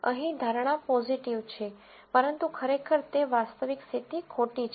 અહીં ધારણા પોઝીટિવ છે પરંતુ ખરેખર તે વાસ્તવિક સ્થિતિ ખોટી છે